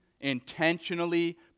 intentionally